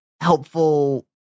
helpful